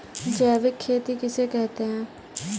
जैविक खेती किसे कहते हैं?